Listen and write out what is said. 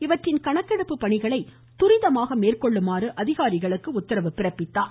இவற்றின் கணக்கெடுப்பு பணிகளை துரிதமாக மேற்கொள்ளுமாறு அதிகாரிகளுக்கு உத்தரவிட்டார்